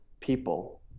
People